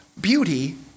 beauty